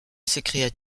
s’écria